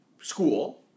school